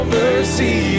mercy